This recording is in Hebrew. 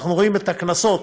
אנחנו רואים את הקנסות.